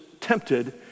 tempted